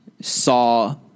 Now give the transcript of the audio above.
saw